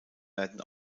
werden